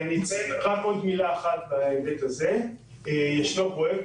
ישנו פרויקט,